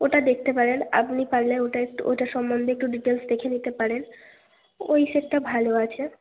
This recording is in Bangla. ওটা দেখতে পারেন আপনি পারলে ওটা একটু ওটার সম্বন্ধে একটু ডিটেলস দেখে নিতে পারেন ঐ সেটটা ভালো আছে